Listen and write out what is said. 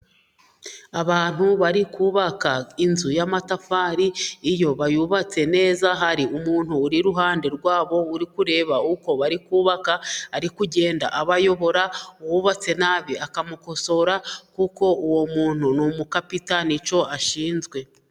Abantu bari kubaka inzu y'amatafari. Iyo bayubatse neza ,hari umuntu uri iruhande rwabo uri kureba uko bari kubabaka. Ari kugenda abayobora. Uwubatse nabi akamukosora kuko uwo muntu ni umukapita ni cyo ashinzwe.